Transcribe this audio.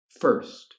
First